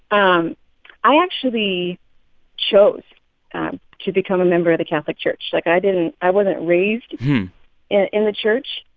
um i actually chose to become a member of the catholic church. like, i didn't i wasn't raised in the church.